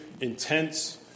intense